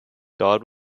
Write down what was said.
dodd